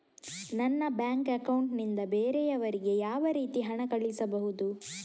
ನನ್ನ bank account ನಿಂದ ಬೇರೆಯವರಿಗೆ ಯಾವ ರೀತಿ ಹಣ ಕಳಿಸಬಹುದು?